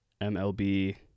MLB